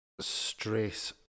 stress